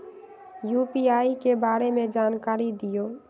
UPI के बारे में जानकारी दियौ?